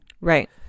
right